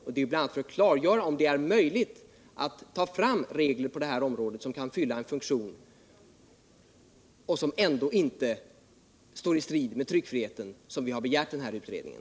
Det är bl.a. för att klargöra om det är möjligt att få fram regler på det här området som kan fylla en funktion, utan att stå i strid med tryckfriheten, som vi har begärt den här utredningen.